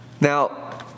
Now